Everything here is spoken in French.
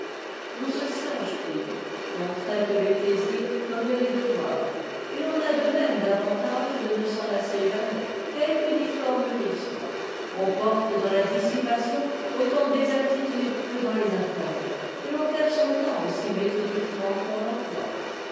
dans ce sage pays l'on traite les plaisirs commères devoirs et t'en a de même l'avantage de ne s'en lasser jamais quelque uniformes qu'ils soient on porte dans la dissipation autant d'exactitude que dans les affaires et l'on perd son temps aussi méthodiquement qu'on l'emploie